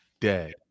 dead